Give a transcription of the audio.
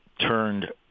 turned